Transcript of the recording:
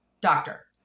doctor